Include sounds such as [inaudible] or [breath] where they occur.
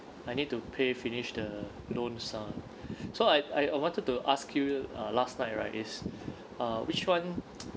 I need to pay finish the loans ah so I I wanted to ask you uh last night right is [breath] ah which [one] [noise]